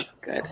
good